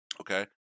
Okay